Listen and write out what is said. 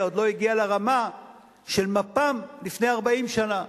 עוד לא הגיעה לרמה של מפ"ם לפני 40 שנה.